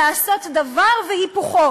לעשות דבר והיפוכו?